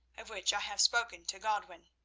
of which i have spoken to godwin.